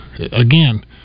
Again